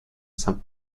some